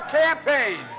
campaign